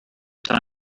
time